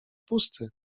pusty